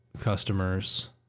customers